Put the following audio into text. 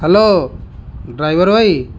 hello driver ଭାଇ